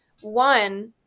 One